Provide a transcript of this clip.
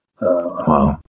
wow